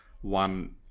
one